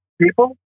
people